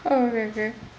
oh ok ok